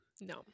no